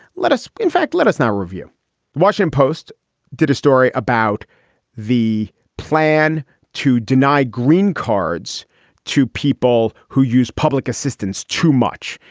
let us in fact, let us now review the washington post did a story about the plan to deny green cards to people who use public assistance too much.